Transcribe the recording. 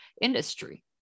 industry